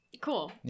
Cool